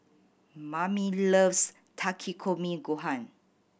Mamie loves Takikomi Gohan